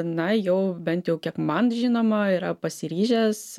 na jau bent jau kiek man žinoma yra pasiryžęs